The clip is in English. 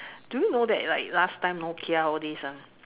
do you know that like last time Nokia all this ah